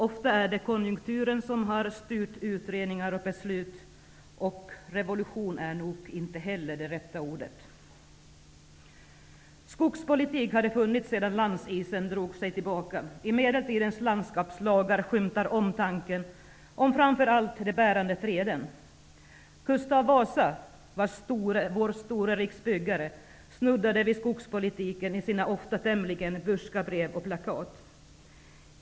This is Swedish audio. Ofta är det konjunkturen som har styrt utredningar och beslut. Revolution är nog inte heller det rätta ordet. Skogspolitik har det funnits sedan landisen drog sig tillbaka. I medeltidens landskapslagar skymtar omtanken om framför allt de bärande träden. Gustav Vasa -- vår store riksbyggare -- snuddade vid skogspolitiken i sina ofta tämligen bryska brev och plakat.